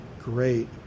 great